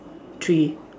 tree